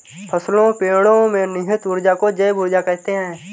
फसलों पेड़ो में निहित ऊर्जा को जैव ऊर्जा कहते हैं